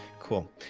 cool